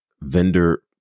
vendor